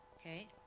okay